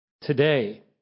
today